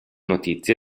notizie